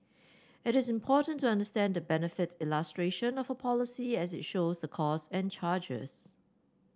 it is important to understand the benefits illustration of a policy as it shows the costs and charges